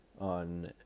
On